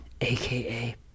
aka